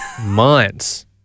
Months